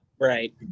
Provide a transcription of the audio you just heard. Right